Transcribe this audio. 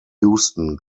houston